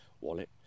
wallet